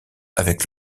avec